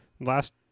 Last